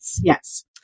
Yes